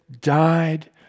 died